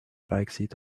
backseat